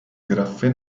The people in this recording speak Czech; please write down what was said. grafy